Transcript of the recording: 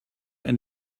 and